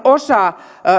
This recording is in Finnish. osa